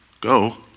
Go